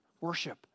worship